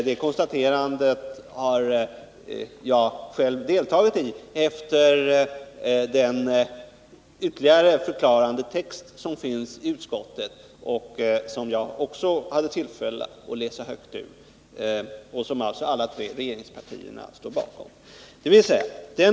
Det konstaterandet har jag själv deltagit i, och jag hade tidigare tillfälle att läsa högt ur den förklarande texten i utskottsbetänkandet som representanterna för alla tre regeringspartierna står bakom.